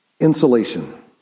Insulation